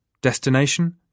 Destination